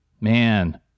Man